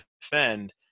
defend